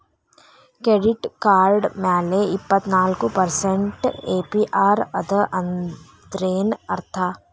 Credit card ಮ್ಯಾಲೆ ಇಪ್ಪತ್ನಾಲ್ಕ್ percent APR ಅದ ಅಂದ್ರೇನ್ ಅರ್ಥ?